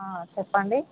చెప్పండి